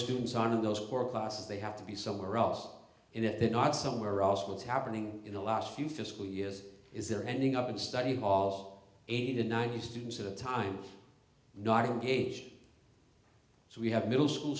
students are of those classes they have to be somewhere else and if they're not somewhere else what's happening in the last few fiscal years is they're ending up in study hall eighty ninety students at a time not engaged so we have middle school